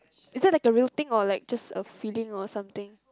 is that like a real thing or like just a feeling or something